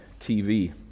TV